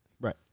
Right